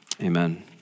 amen